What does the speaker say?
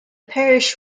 parish